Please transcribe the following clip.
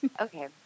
Okay